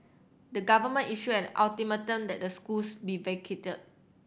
the government issued an ultimatum that the schools be vacated